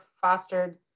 fostered